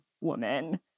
woman